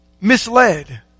Misled